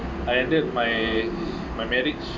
I ended my my marriage